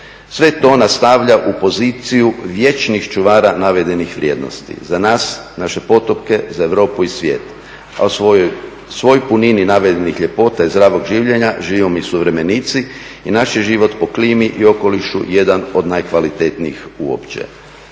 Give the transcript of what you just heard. Sve to nas stavlja u poziciju vječnih čuvara navedenih vrijednosti za nas, naše potomke, za Europu i svijet. A u svoj puniti navedenih ljepota i zdravog življenja …/Govornik se ne razumije./… suvremenici i naš je život po klimi i okolišu jedan od najkvalitetnijih uopće.